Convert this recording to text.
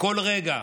בכל רגע,